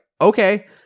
okay